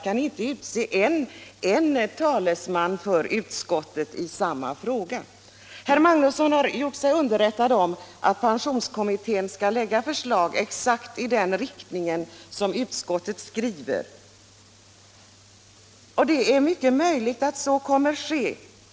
Kan ni inte utse en talesman för utskottet i samma fråga? Herr Magnusson har gjort sig underrättad om att pensionskommittén skall framlägga förslag exakt i den riktning som utskottet skriver, och det är mycket möjligt att så kommer att ske.